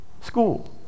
school